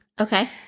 Okay